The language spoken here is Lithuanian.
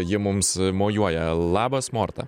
ji mums mojuoja labas morta